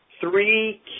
three